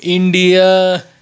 India